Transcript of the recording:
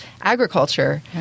agriculture